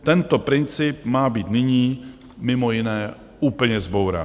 Tento princip má být nyní mimo jiné úplně zbourán.